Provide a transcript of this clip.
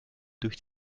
durch